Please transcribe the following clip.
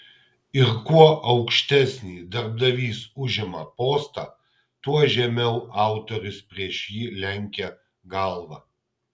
ir kuo aukštesnį darbdavys užima postą tuo žemiau autorius prieš jį lenkia galvą